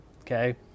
okay